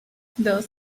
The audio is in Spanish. dos